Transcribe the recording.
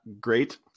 great